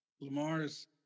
Lamar's